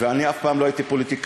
ואני אף פעם לא הייתי פוליטיקאי,